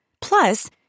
Plus